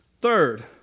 Third